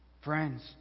Friends